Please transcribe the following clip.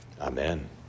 Amen